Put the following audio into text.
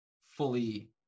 fully